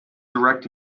direct